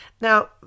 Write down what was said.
Now